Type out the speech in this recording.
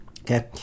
Okay